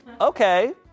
Okay